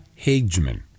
Hageman